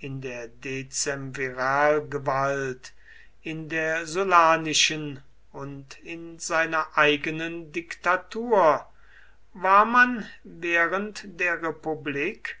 in der dezemviralgewalt in der sullanischen und in seiner eigenen diktatur war man während der republik